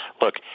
Look